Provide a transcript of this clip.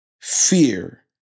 fear